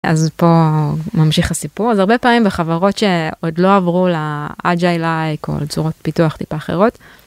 אז פה ממשיך הסיפור זה הרבה פעמים בחברות שעוד לא עברו לאג'ייל (AGILE) לייק או צורות פיתוח טיפה אחרות.